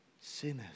sinners